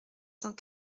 cent